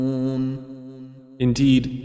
indeed